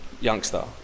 youngster